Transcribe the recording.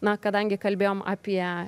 na kadangi kalbėjom apie